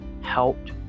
helped